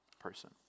person